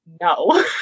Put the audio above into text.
no